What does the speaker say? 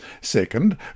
Second